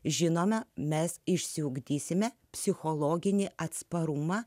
žinome mes išsiugdysime psichologinį atsparumą